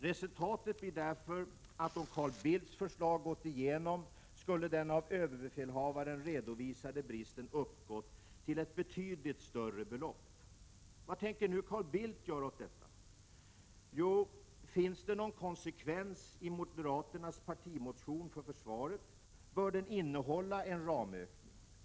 Resultatet blir därför att om Carl Bildts förslag hade gått igenom, skulle den av överbefälhavaren redovisade bristen ha uppgått till ett betydligt större belopp. Vad tänker nu Carl Bildt göra åt detta? Finns det någon konsekvens i moderaternas partimotion om försvaret, bör den innehålla en ramökning.